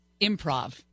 improv